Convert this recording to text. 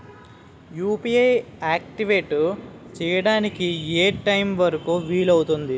UPI activate చెయ్యడానికి ఏ time వరుకు వీలు అవుతుంది?